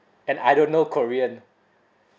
and I don't know korean